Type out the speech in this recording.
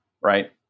right